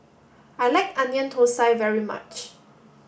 I like onion Thosai very much